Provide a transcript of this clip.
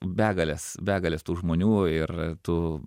begalės begalės tų žmonių ir tu